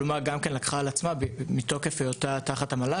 אלומה גם לקחה על עצמה מתוקף היותה תחת המועצה